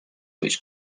which